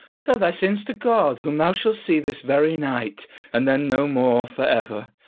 tell thy sins to god, whom thou shalt see this very night and then no more for ever.